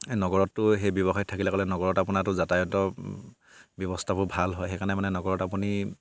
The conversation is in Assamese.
নগৰতটো সেই ব্যৱসায়ত থাকিলে গ'লে নগৰত আপোনাৰতো যাতায়ত ব্যৱস্থাবোৰ ভাল হয় সেইকাৰণে মানে নগৰত আপুনি